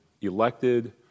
elected